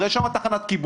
הרי יש שם תחנת כיבוי.